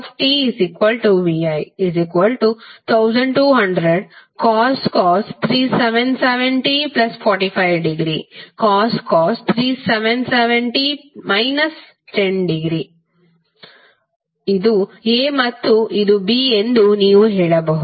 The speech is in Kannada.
pvi1200cos 377t45° cos 377t 10° ಇದು ಎ ಮತ್ತು ಇದು ಬಿ ಎಂದು ನೀವು ಹೇಳಬಹುದು